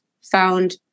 found